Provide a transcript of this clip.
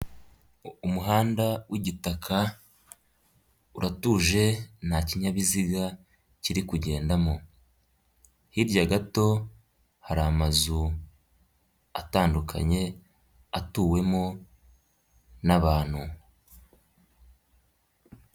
Umuhanda w'igitaka uratuje nta kinyabiziga kiri kugendamo, hirya gato hari amazu atandukanye atuwemo n'abantu.